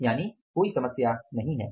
तो कोई समस्या नहीं है